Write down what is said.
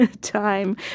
time